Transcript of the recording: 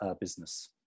business